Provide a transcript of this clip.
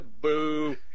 Boo